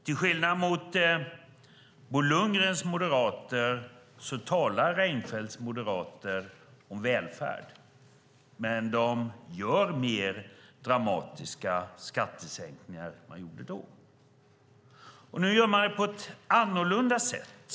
Till skillnad från Bo Lundgrens moderater talar Reinfeldts moderater om välfärd, men de gör mer dramatiska skattesänkningar än man gjorde då. Nu gör man på ett annorlunda sätt.